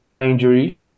injury